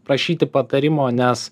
prašyti patarimo nes